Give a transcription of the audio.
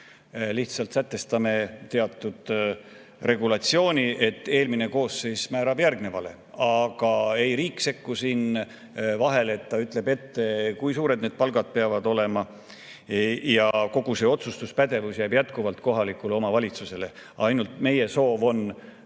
Lihtsalt sätestame teatud regulatsiooni, et eelmine koosseis määrab järgmisele [palgad]. Aga riik ei sekku siin vahele, ta ei ütle ette, kui suured need palgad peavad olema. Ja kogu see otsustuspädevus jääb jätkuvalt kohalikule omavalitsusele. Meie soov on vältida